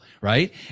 right